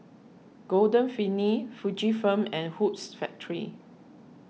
Golden Peony Fujifilm and Hoops Factory